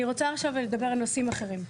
אני רוצה עכשיו לדבר על נושאים אחרים,